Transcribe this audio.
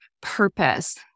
purpose